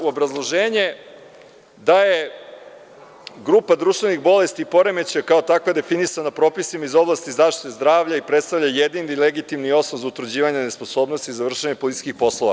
Obrazloženje, da je grupa duševnih bolesti i poremećaja kao takva definisana propisima iz oblasti zaštite zdravlja i predstavlja jedini legitimni osnov za utvrđivanje nesposobnosti za vršenje policijskih poslova.